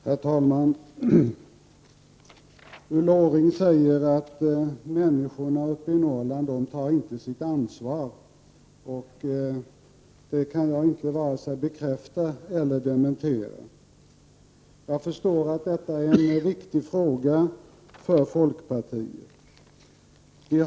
Herr talman! Ulla Orring säger att människorna uppe i Noiiland inte tar sitt ansvar. Det kan jag inte vare sig bekräfta eller dementera. Jag förstår att detta är en viktig fråga för folkpartiet.